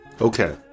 Okay